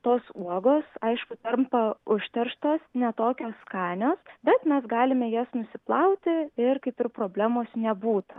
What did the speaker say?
tos uogos aišku tampa užterštos ne tokios skanios bet mes galime jas nusiplauti ir kaip ir problemos nebūta